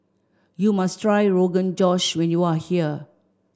you must try Rogan Josh when you are here